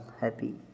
happy